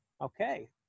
Okay